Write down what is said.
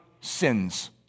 sins